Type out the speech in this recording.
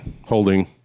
Holding